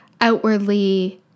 outwardly